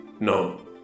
No